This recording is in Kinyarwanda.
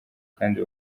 kandi